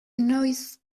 noiz